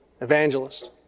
evangelist